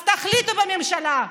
אז תחליטו בממשלה: